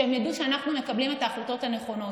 שהם ידעו שאנחנו מקבלים את ההחלטות הנכונות.